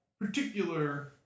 particular